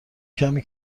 کمی